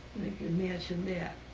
imagine that.